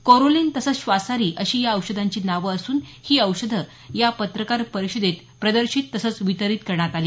कोरोलीन तसंच श्वासारी अशी या औषधांची नावं असून ही औषधं या पत्रकार परिषदेत प्रदर्शित तसंच वितरित करण्यात आली